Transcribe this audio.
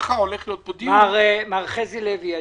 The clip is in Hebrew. מר חזי לוי,